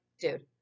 dude